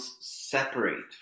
separate